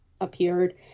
appeared